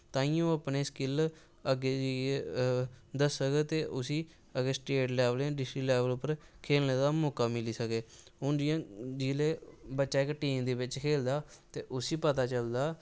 ताहियें ओह् अपनी स्किल्ल अग्गैं जाइयै दस्सग ते उस्सी अग्गैं स्टेट लैवल जां डिस्टिक लैवल उप्पर खेलने दा मौका मिली सकै हून जि'यां जिसलै बच्चा इक टीम दे बिच्च खेलदा ते उस्सी पता चलदा